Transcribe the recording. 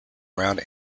around